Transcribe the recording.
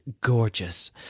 gorgeous